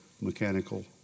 mechanical